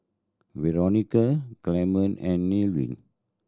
Veronica Clemon and Nevin